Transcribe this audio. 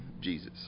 Jesus